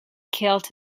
killed